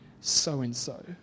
so-and-so